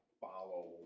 follow